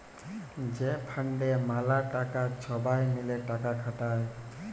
যে ফাল্ডে ম্যালা টাকা ছবাই মিলে টাকা খাটায়